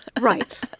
Right